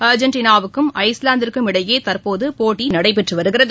அர்ஜெண்டனாவுக்கும் ஐஸ்லாந்திற்கும் இடையே தற்போது போட்டி நடைபெற்று வருகிறது